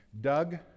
Doug